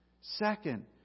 Second